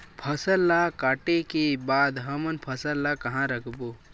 फसल ला काटे के बाद हमन फसल ल कहां रखबो?